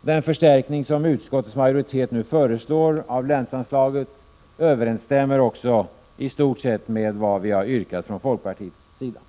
Den förstärkning som utskottets majoritet nu föreslår av länsanslagen överensstämmer också i stort sett med vad vi från folkpartiets sida har yrkat